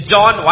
John